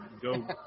go